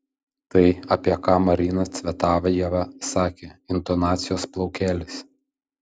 tai apie ką marina cvetajeva sakė intonacijos plaukelis